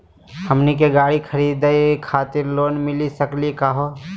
हमनी के गाड़ी खरीदै खातिर लोन मिली सकली का हो?